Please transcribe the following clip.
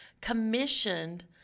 commissioned